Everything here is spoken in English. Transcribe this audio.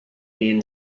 union